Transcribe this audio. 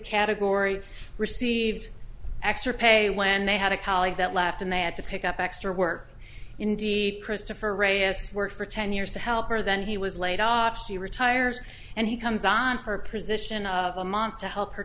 category received extra pay when they had a colleague that left and they had to pick up extra work indeed christopher re assess worked for ten years to help her then he was laid off she retires and he comes on her position of a mom to help her